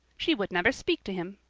she would never speak to him!